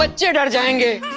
ah genies, i and